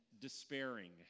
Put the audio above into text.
despairing